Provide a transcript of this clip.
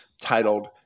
titled